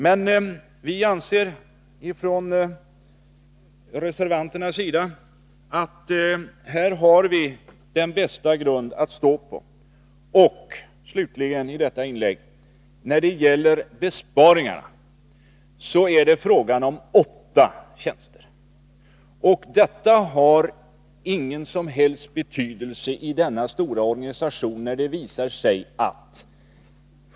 Men vi reservanter anser att vi med vårt förslag har den bästa grund att stå på. Och, slutligen i detta inlägg, när det gäller besparingarna är det fråga om endast åtta tjänster, och detta har ingen större betydelse som argument.